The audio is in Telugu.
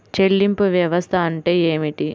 చెల్లింపు వ్యవస్థ అంటే ఏమిటి?